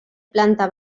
planta